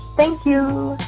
thank you